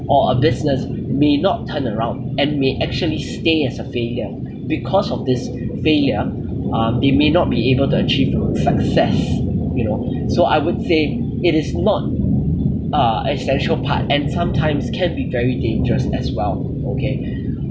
or a business may not turn around and may actually stay as a failure because of this failure uh they may not be able to achieve success you know so I would say it is not uh essential part and sometimes can be very dangerous as well okay